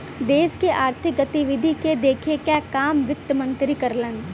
देश के आर्थिक गतिविधि के देखे क काम वित्त मंत्री करलन